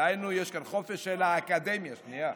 דהיינו, יש כאן חופש של האקדמיה, שנייה.